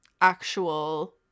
actual